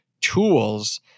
tools